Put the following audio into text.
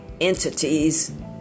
entities